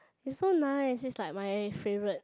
it's so nice it's like my favourite